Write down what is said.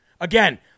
Again